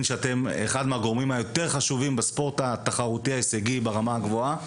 שאתם אחד מהגורמים החשובים בספורט התחרותי שברמה הגבוהה.